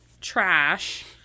trash